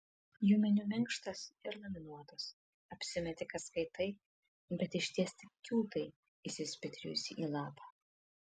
jų meniu minkštas ir laminuotas apsimeti kad skaitai bet išties tik kiūtai įsispitrijusi į lapą